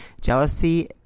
Jealousy